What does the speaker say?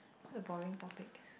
what a boring topic